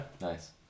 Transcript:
Nice